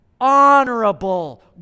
honorable